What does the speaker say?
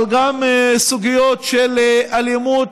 אבל גם סוגיות של אלימות,